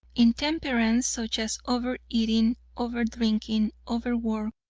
intemperance, such as over-eating, over-drinking, over-work,